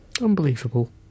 Unbelievable